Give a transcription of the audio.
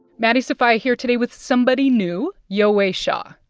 maddie sofia here today with somebody new yowei shaw.